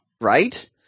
Right